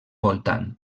voltant